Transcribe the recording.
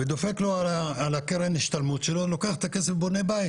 דופק לו על קרן ההשתלמות שלו ולוקח את הכסף ובונה בית.